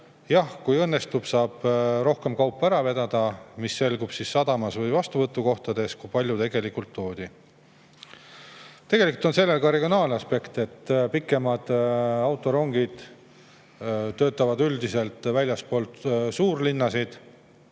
Jah, kui õnnestub, saab rohkem kaupa ära vedada. See selgub sadamas või vastuvõtukohtades, kui palju tegelikult toodi. Tegelikult on sellel ka regionaalne aspekt. Pikemad autorongid [sõidavad] üldiselt väljaspool suurlinnasid.